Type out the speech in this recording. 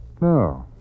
No